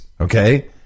okay